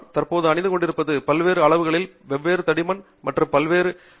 நான் தற்போது அணிந்து கொண்டிருப்பது பல்வேறு அளவுகள் வெவ்வேறு தடிமன் மற்றும் பலவற்றைக் கொண்டுள்ளன